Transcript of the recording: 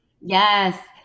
Yes